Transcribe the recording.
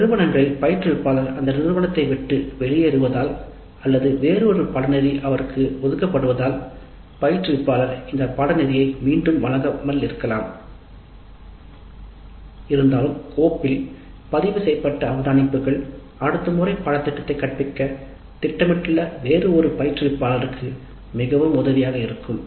சில நிறுவனங்களில் பயிற்றுவிப்பாளர் அந்த நிறுவனத்தை விட்டு வெளியேறுவதால் அல்லது வேறு ஒரு பாடநெறி ஒதுக்கப்பட்டது போன்ற காரணங்களால் பயிற்றுவிப்பாளர் இந்தப் பாடநெறியை மீண்டும் வழங்காமல் இருக்கலாம் இருந்தாலும் கோப்பில் பதிவுசெய்யப்பட்ட அவதானிப்புகள் அடுத்த முறை பாடத்தை கற்பிக்க திட்டமிட்டுள்ள வேறு ஒரு பயிற்றுவிப்பாள ருக்கு மிகவும் உதவியாக இருக்கும்